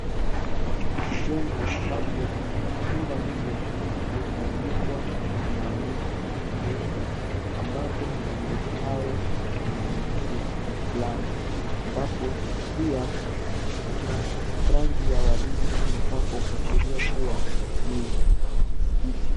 Jengo ambapo jumba hilo limeandikwa kwa maandishi nyeusi, ambapo maandishi hayo maandishi ya kiislamu. Ambapo pia kuna rangi ya waridi imepakwa kuashiria kuwa ni msikiti.